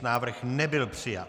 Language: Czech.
Návrh nebyl přijat.